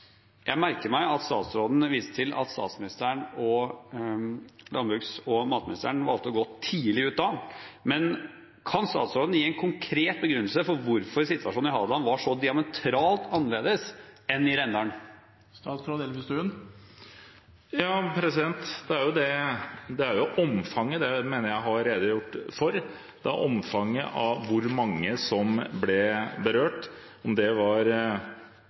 Jeg merker meg at statsråden viste til at statsministeren og landbruks- og matministeren valgte å gå tidlig ut da. Men kan statsråden gi en konkret begrunnelse for hvorfor situasjonen på Hadeland var så diametralt annerledes enn i Rendalen? Det er omfanget, og det mener jeg at jeg har redegjort for, av hvor mange som ble berørt – nå må jeg bare finne tallene her. Det var